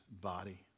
body